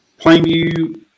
Plainview